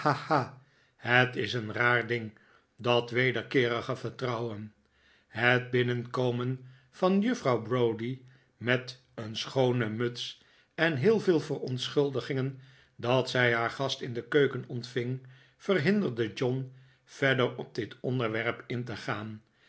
het is een raar ding dat wederkeerige vertrouwen het binnenkomen van juffrouw browdie met een schoone muts en heel veel verontschuldigingen dat zij haar gast in de keuken ontving verhinderde john verder op dit onderwerp in te gaan